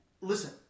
listen